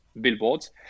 billboards